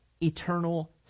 eternal